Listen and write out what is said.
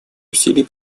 усилий